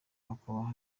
hakaba